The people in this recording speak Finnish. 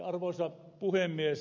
arvoisa puhemies